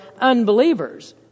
unbelievers